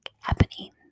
happening